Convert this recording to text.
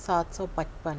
سات سو پچپن